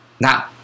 Now